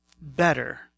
better